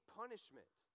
punishment